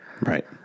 Right